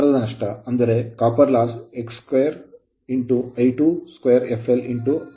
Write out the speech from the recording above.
ತಾಮ್ರ ನಷ್ಟವು X2 I22fl Re2